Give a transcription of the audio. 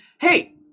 hey